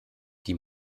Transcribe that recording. die